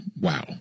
Wow